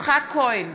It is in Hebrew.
יצחק כהן,